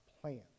plan